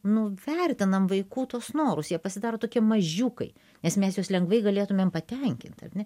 nuvertinam vaikų tuos norus jie pasidaro tokie mažiukai nes mes juos lengvai galėtumėm patenkint ar ne